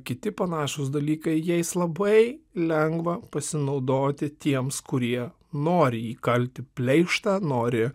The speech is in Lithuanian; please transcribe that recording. kiti panašūs dalykai jais labai lengva pasinaudoti tiems kurie nori įkalti pleištą nori